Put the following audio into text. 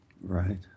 Right